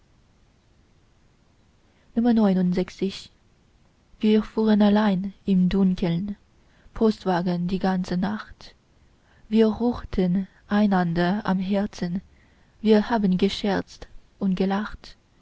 wir fuhren allein im dunkeln postwagen die ganze nacht wir ruhten einander am herzen wir haben gescherzt und gelacht